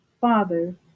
Father